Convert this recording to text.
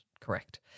correct